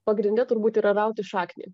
pagrindine turbūt yra rauti šaknį